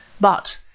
but